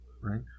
Right